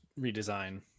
redesign